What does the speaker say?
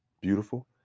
beautiful